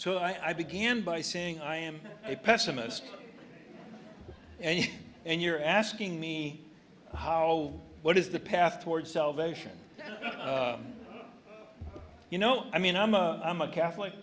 so i began by saying i am a pessimist and and you're asking me how what is the path toward salvation but you know i mean i'm a i'm a catholic